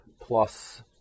plus